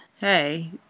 Hey